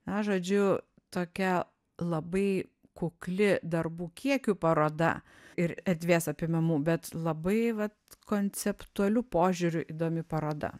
na žodžiu tokia labai kukli darbų kiekių paroda ir erdvės apimamų bet labai vat konceptualiu požiūriu įdomi paroda